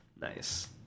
Nice